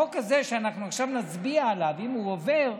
החוק הזה שעכשיו נצביע עליו, אם הוא עובר,